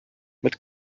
mit